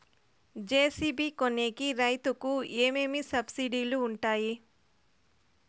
JCB కొనేకి రైతుకు ఏమేమి సబ్సిడి లు వుంటాయి?